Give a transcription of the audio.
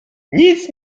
nic